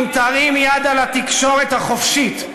אם תרים יד על התקשורת החופשית,